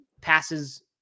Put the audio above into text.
passes